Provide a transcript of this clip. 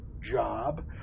job